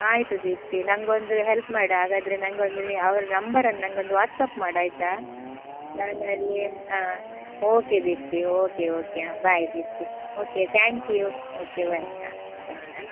ಆಯಿತು ದೀಪ್ತಿ ನನಗೊಂದು ಹೆಲ್ಪ್ ಮಾಡು ಹಾಗಾದ್ರೆ ನನಗೊಂದು ನೀ ಅವ್ರ ನಂಬರನ್ನ ನನಗೊಂದು ವಾಟ್ಸಾಪ್ ಮಾಡು ಆಯಿತಾ ನಾನಲ್ಲಿ ಹಾಂ ಓಕೆ ದೀಪ್ತಿ ಓಕೆ ಓಕೆ ಹಾಂ bye Deepti okay thank you okay bye ಹಾಂ ಬಾಯ್ ಹಾಂ